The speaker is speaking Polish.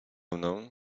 mną